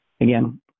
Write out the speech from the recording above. Again